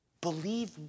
Believe